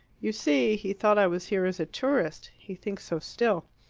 you see he thought i was here as a tourist he thinks so still.